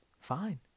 fine